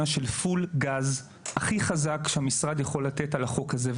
פול גז, הכי חזק שהמשרד יכול לתת על החוק הזה.